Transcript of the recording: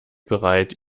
bereit